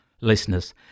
listeners